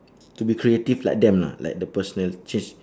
to be creative like them lah like the personality change